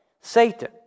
Satan